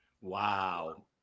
Wow